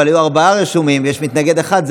אבל היו ארבעה רשומים ויש מתנגד אחד.